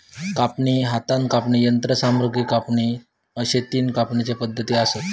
कापणी, हातान कापणी, यंत्रसामग्रीन कापणी अश्ये तीन कापणीचे पद्धती आसत